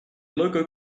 logo